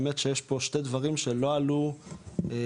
האמת שיש פה שני דברים שלא עלו כרגע,